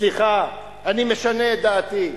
סליחה, אני משנה את דעתי?